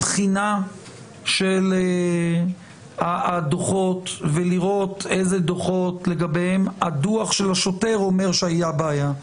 בחינה של הדוחות ולראות דוחות שהדוח של השוטר אומר שהייתה בעיה.